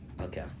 okay